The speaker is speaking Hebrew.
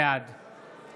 בעד